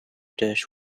dish